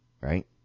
right